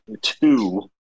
two